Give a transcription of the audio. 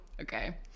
Okay